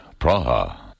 Praha